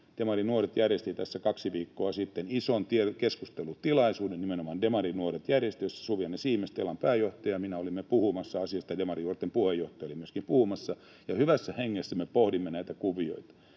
Demarinuoret järjesti tässä kaksi viikkoa sitten ison keskustelutilaisuuden — nimenomaan Demarinuoret järjesti, ja Telan pääjohtaja Suvi-Anne Siimes ja minä olimme siellä puhumassa, ja Demarinuorten puheenjohtaja oli myöskin puhumassa. Siellä hyvässä hengessä me pohdimme näitä kuvioita,